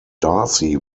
darcy